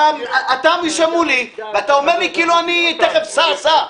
אתה יושב מולי ואתה אומר לי: סע, סע.